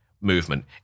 movement